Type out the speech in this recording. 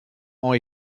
ont